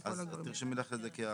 אז תרשמי לך את זה כהערה.